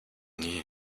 new